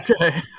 Okay